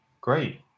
Great